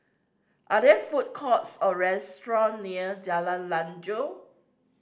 are there food courts or restaurant near Jalan Lanjut